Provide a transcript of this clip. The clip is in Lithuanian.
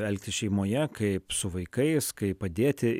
elgtis šeimoje kaip su vaikais kaip padėti